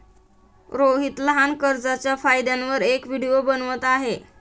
रोहित लहान कर्जच्या फायद्यांवर एक व्हिडिओ बनवत आहे